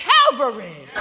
Calvary